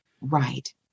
Right